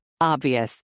Obvious